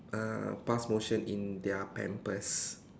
ah pass motion in their pampers